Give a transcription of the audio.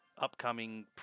upcoming